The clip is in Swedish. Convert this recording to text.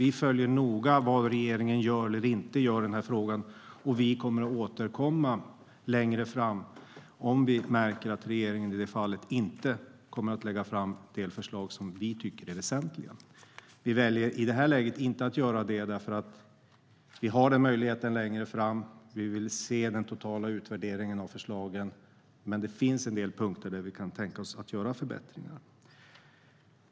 Vi följer noga vad regeringen gör eller inte gör i frågan, och vi kommer att återkomma längre fram om vi märker att regeringen i det här fallet inte lägger fram delförslag som vi tycker är väsentliga. Vi väljer att inte göra det i det här läget eftersom vi har möjligheten längre fram. Vi vill se den totala utvärderingen av förslagen, men det finns en del punkter där vi kan tänka oss att göra förbättringar.